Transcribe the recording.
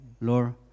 Lord